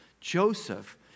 Joseph